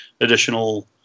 additional